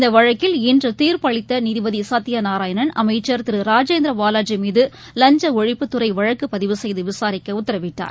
இந்த வழக்கில் இன்று தீர்ப்பு அளித்த நீதிபதி சத்தியநாராயணன் அமைச்சர் திரு ராஜேந்திர பாலாஜி மீது லஞ்ச ஒழிப்பு துறை வழக்கு பதிவு செய்து விசாரிக்க உத்தரவிட்டார்